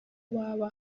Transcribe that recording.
baba